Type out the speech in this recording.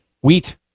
Wheat